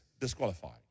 disqualified